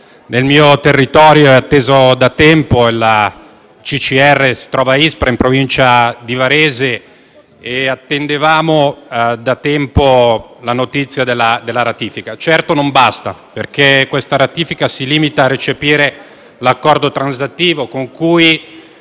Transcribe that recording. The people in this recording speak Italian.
nel mio territorio, è attesa da tempo una risposta. La CCR si trova a Ispra, in provincia di Varese e attendevamo da tempo la notizia della ratifica. Certo non basta, perché questa ratifica si limita a recepire l'Accordo transattivo con cui